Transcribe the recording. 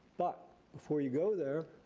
but before you go there,